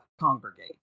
congregate